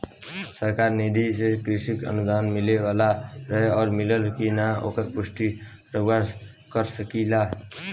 सरकार निधि से कृषक अनुदान मिले वाला रहे और मिलल कि ना ओकर पुष्टि रउवा कर सकी ला का?